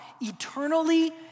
eternally